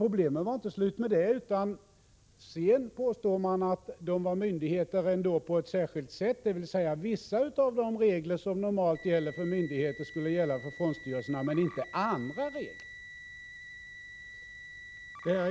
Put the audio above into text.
Problemen var inte slut med detta, utan sedan påstods att fondstyrelserna var myndigheter på ett särskilt sätt, dvs. vissa av de regler som normalt gäller för myndigheter skulle gälla för fondstyrelserna, men inte andra regler.